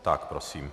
Tak, prosím.